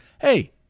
hey